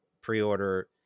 pre-order